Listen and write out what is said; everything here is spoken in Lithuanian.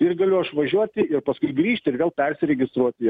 ir galiu aš važiuoti ir paskui grįžti ir vėl persiregistruoti